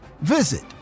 visit